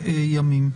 ימים.